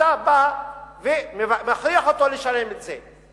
ואתה בא ומכריח אותו לשלם את זה.